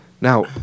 Now